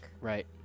Right